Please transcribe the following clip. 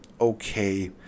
okay